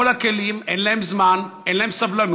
בכל הכלים, אין להם זמן, אין להם סבלנות,